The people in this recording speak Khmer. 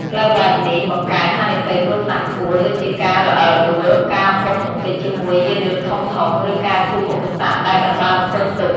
ផ្លូវបែបនេះបង្កើន ហានិភ័យគ្រោះថ្នាក់ខ្ពស់ ដូចជាការរអិលដួល ការបុកទង្គិចជាមួយយានយន្តធំៗ ឬការជួបឧបសគ្គដែលមិនបានរំពឹងទុក។